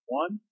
one